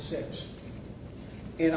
six and